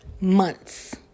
months